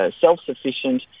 self-sufficient